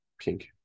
pink